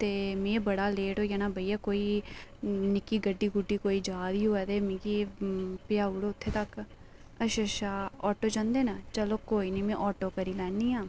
ते में बडा लेट होई जाना भैया कोई निक्की गड्डी कोई जारदी होऐ ते मिगी पजाई ओड़ो उत्थै तक अच्छा अच्छा आटो जंदे ना चलो कोई नेईं में आटो करी लैन्नी